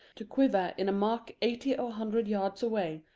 to quiver in a mark eighty or a hundred yards away,